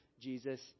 Jesus